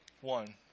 One